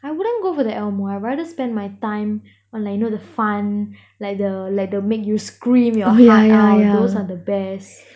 I wouldn't go for the elmo I rather spend my time on like you know the fun like the like the make you scream your heart out those are the best